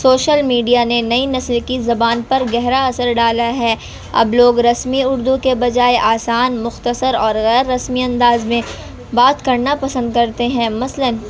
social media نے نئی نسل کی زبان پر گہرا اثر ڈالا ہے اب لوگ رسمی اردو کے بجائے آسان مختصر اور غیر رسمی انداز میں بات کرنا پسند کرتے ہیں مثلاً